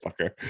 fucker